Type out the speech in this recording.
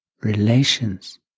relations